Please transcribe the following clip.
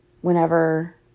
whenever